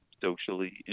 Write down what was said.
socially